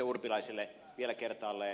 urpilaiselle vielä kertaalleen